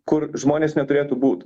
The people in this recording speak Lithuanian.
kur žmonės neturėtų būt